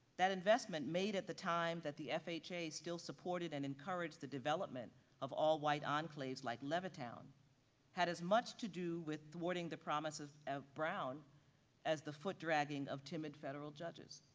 that investment made at the time that the fha still supported and encouraged the development of all white enclaves like levittown had as much to do with awarding the promises of brown as the foot dragging of timid federal judges.